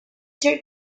their